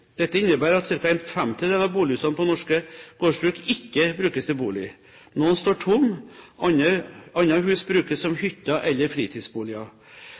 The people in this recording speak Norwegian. Dette innebærer at ca. en femtedel av bolighusene på norske gårdsbruk ikke brukes til bolig. Noen står tomme, andre hus brukes som hytter eller fritidsboliger.